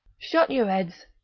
shut your heads,